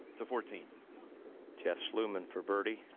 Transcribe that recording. to fourteen jeff sluman for birdie.